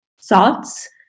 thoughts